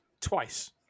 twice